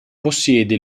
possiede